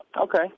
Okay